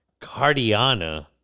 cardiana